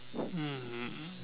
um